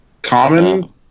Common